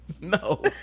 No